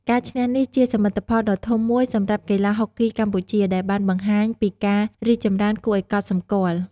ការឈ្នះនេះជាសមិទ្ធផលដ៏ធំមួយសម្រាប់កីឡាហុកគីកម្ពុជា ដែលបានបង្ហាញពីការរីកចម្រើនគួរឲ្យកត់សម្គាល់។